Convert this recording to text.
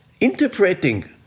interpreting